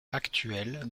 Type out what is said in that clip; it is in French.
actuel